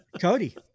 Cody